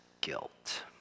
guilt